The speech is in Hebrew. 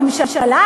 הממשלה,